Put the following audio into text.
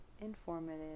informative